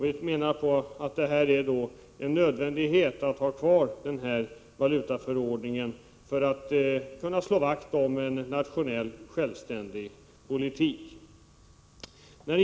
Vi menar då att det är nödvändigt att ha kvar denna valutaförordning för att kunna slå vakt om en nationell självständig politik.